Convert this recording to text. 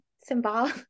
symbol